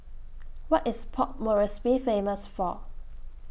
What IS Port Moresby Famous For